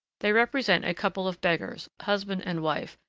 they represent a couple of beggars, husband and wife,